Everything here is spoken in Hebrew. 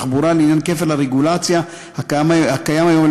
התחבורה בעניין כפל הרגולציה הקיים היום,